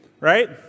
right